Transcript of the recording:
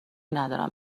ندارم